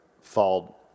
fall